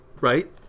Right